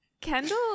Kendall